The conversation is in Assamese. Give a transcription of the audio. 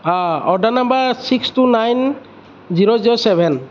অঁ order number six two nine zero zero seven